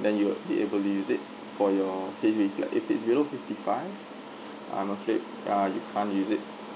then you'll be able to use it for your H_D_B flat if it's below fifty five I'm afraid ah you can't use it